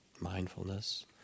mindfulness